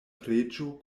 preĝo